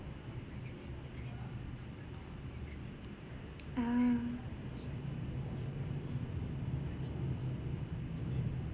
err